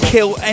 Kill